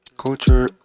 culture